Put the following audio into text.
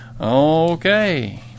Okay